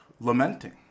lamenting